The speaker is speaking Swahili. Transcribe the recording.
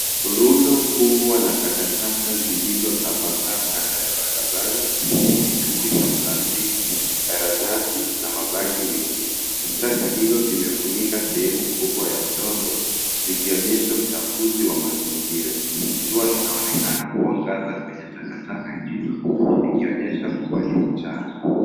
Rundo kubwa la takataka zilizo tapakaa kando ya barabara ziki jumuisha plastiki, karatasi, na mabaki mengine. Takata hizo zimefunika sehemu kubwa ya udongo, zikionyesha uchafuzi wa mazingira. Jua linaonekana kuangaza kwenye takataka hizo, likionyesha kuwa ni mchana.